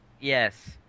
Yes